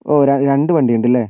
ഓ ര രണ്ട് വണ്ടി ഉണ്ടല്ലെ